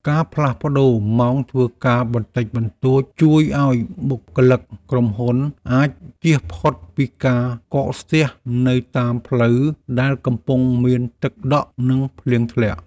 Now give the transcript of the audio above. ការផ្លាស់ប្តូរម៉ោងធ្វើការបន្តិចបន្តួចជួយឱ្យបុគ្គលិកក្រុមហ៊ុនអាចជៀសផុតពីការកក់ស្ទះនៅតាមផ្លូវដែលកំពុងមានទឹកដក់ និងភ្លៀងធ្លាក់។